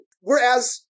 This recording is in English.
Whereas